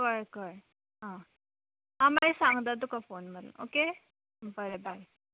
कळ्ळें कळ्ळें आ हांव मागीर सांगता तुका फोन मारून ओके बरें बाय